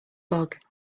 bug